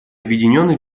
объединенной